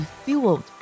fueled